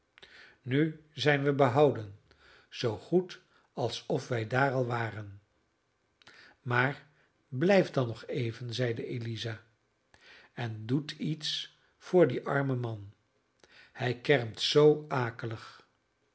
nu zijn we behouden zoo goed alsof wij daar al waren maar blijf dan nog even zeide eliza en doet iets voor dien armen man hij kermt zoo